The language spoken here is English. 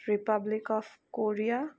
republic of Korea